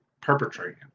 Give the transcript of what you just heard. perpetrating